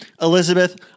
Elizabeth